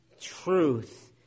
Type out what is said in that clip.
truth